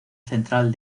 central